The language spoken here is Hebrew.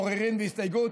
עוררין והסתייגות.